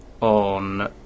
on